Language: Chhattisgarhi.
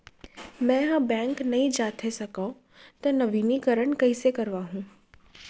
मैं ह बैंक नई जाथे सकंव त नवीनीकरण कइसे करवाहू?